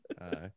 right